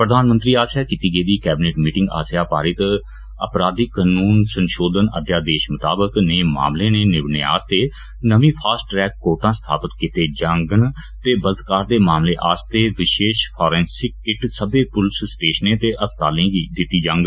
प्रधानमंत्री आस्सैआ कीती गेदी कैबिनेट मीटिंग आस्सैआ पारित आपराधिक कनून संषोधन अध्यादेष मताबक नेये मामलें नै निब्बड़ने आस्तै नमी फास्ट ट्रैक कोर्ट स्थापित कीते जागन ते बलात्कार दे मामलें आस्तै विषेश फोरेंसिक किट सबै पुलिस स्टेषने ते अस्पतालें गी दिती जाग